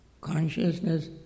Consciousness